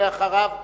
ולאחריו,